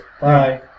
Bye